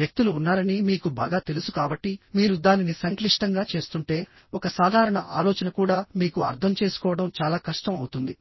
వ్యక్తులు ఉన్నారని మీకు బాగా తెలుసు కాబట్టి మీరు దానిని సంక్లిష్టంగా చేస్తుంటే ఒక సాధారణ ఆలోచన కూడా మీకు అర్థం చేసుకోవడం చాలా కష్టం అవుతుంది